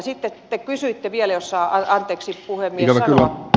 sitten te kysyitte vielä jos saa anteeksi puhemies sanoa